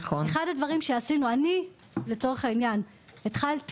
אחד הדברים שעשיתי אני לצורך העניין התחלת